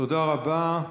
תודה רבה.